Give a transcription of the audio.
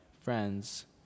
friends